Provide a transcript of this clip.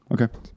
Okay